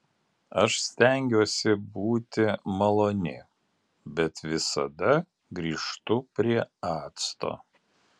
aš stengiuosi būti maloni bet visada grįžtu prie acto